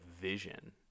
vision